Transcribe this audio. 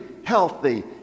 healthy